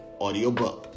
audiobook